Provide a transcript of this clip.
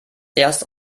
erst